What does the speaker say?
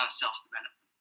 self-development